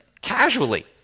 casually